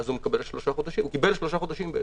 הוא קיבל שלושה חודשים.